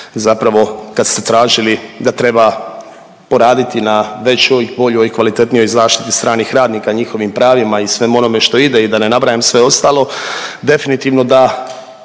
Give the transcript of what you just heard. zapravo kad ste tražili da treba poraditi na većoj, boljoj i kvalitetnijoj zaštiti stranih radnika i njihovim pravima i svemu onome što ide i da ne nabrajam sve ostalo, definitivno da